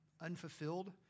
unfulfilled